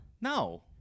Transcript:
No